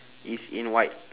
is in white